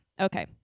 Okay